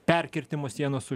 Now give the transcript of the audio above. perkirtimo sienos už